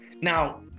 now